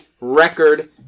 record